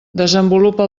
desenvolupa